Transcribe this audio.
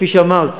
כפי שאמרת,